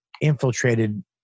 infiltrated